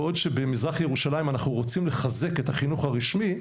בעוד שבמזרח ירושלים אנחנו רוצים לחזק את החינוך הרשמי,